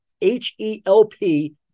h-e-l-p